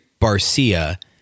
Barcia